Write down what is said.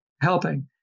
helping